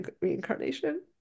reincarnation